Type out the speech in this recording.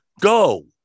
Go